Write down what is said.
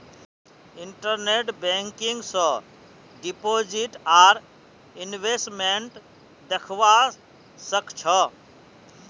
internet banking स deposit आर investment दख्वा स ख छ